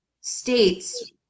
states